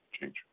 change